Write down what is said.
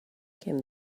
came